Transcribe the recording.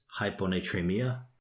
hyponatremia